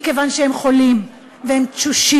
מכיוון שהם חולים ותשושים,